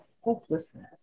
hopelessness